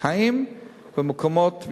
האם במקומות,